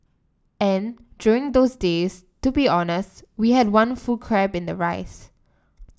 and during those days to be honest we had one full crab in the rice